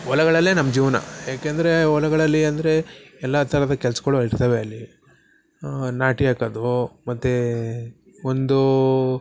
ಹೊಲಗಳಲ್ಲೇ ನಮ್ಮ ಜೀವನ ಯಾಕೆಂದರೆ ಹೊಲಗಳಲ್ಲಿ ಅಂದರೆ ಎಲ್ಲ ಥರದ ಕೆಲ್ಸಗಳು ಇರ್ತವೆ ಅಲ್ಲಿ ನಾಟಿ ಹಾಕೋದು ಮತ್ತೆ ಒಂದು